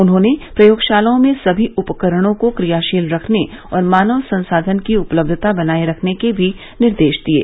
उन्होंने प्रयोगशालाओं में सभी उपकरणों को क्रियाशील रखने और मानव संसाधन की उपलब्यता बनाये रखने के भी निर्देश दिये